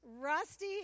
Rusty